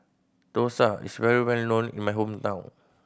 dosa is well known in my hometown